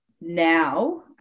now